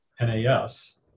NAS